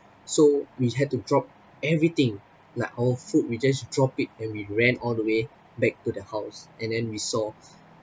so we had to drop everything like all food we just drop it and we ran all the way back to the house and then we saw